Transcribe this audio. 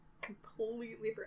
completely